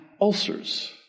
ulcers